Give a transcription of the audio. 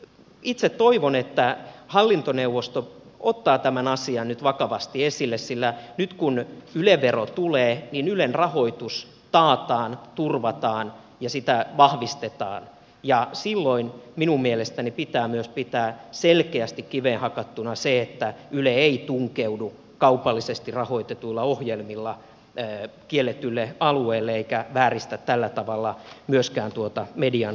itse toivon että hallintoneuvosto ottaa tämän asian nyt vakavasti esille sillä nyt kun yle vero tulee niin ylen rahoitus taataan turvataan ja sitä vahvistetaan ja silloin minun mielestäni pitää myös pitää selkeästi kiveen hakattuna sitä että yle ei tunkeudu kaupallisesti rahoitetuilla ohjelmilla kielletylle alueelle eikä vääristä tällä tavalla myöskään tuota median toimintakenttää